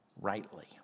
rightly